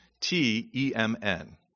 T-E-M-N